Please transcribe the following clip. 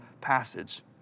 passage